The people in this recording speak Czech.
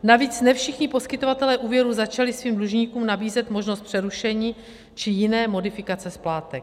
Navíc ne všichni poskytovatelé úvěrů začali svým dlužníkům nabízet možnost přerušení či jiné modifikace splátek.